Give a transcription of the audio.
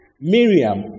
Miriam